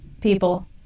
people